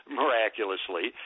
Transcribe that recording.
miraculously